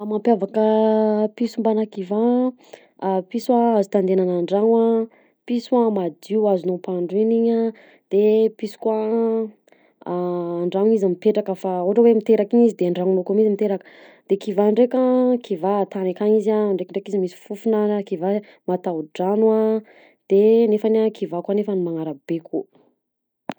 Raha mampiavaka piso mbana kiva a, a piso a azo tandenana andragno a, piso a madio azonao ampadroina iny a de piso koa a andrano izy mipetraka fa ohatra hoe miteraka iny izy de andranonao akao mi izy miteraka de kiva nndreka, kiva antany akany izy a, ndrekidreky izy misy fofona, kiva matao-drano a, de nefany kiva koa nefany manara-beko.